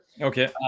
Okay